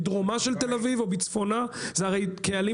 מדרומה של תל אביב ומצפונה זה הרי קהלים